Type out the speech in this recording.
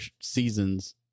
seasons